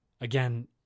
Again